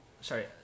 sorry